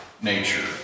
nature